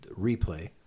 replay